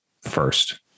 first